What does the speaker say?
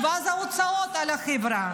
ואז ההוצאות על החברה.